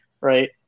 right